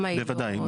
בוודאי.